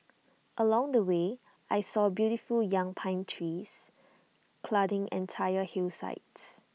along the way I saw beautiful young pine trees cladding entire hillsides